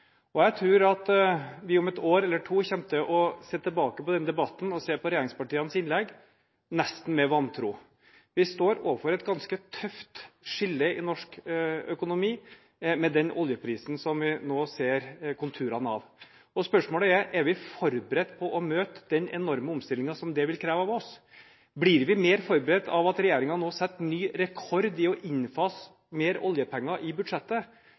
Jeg tror at vi om et år eller to kommer til å se tilbake på denne debatten og se på regjeringspartienes innlegg nesten med vantro. Vi står overfor et ganske tøft skille i norsk økonomi med den oljeprisen vi nå ser konturene av. Spørsmålet er: Er vi forberedt på å møte den enorme omstillingen som det vil kreve av oss? Blir vi mer forberedt av at regjeringen nå setter ny rekord i å innfase mer oljepenger i budsjettet